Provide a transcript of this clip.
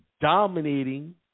dominating